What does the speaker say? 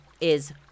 is